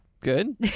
Good